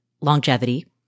longevity